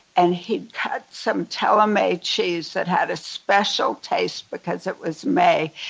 and he'd cut some teleme cheese that had a special taste because it was may.